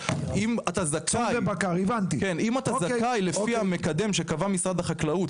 אם אתה זכאי לפי המקדם שקבע משרד החקלאות,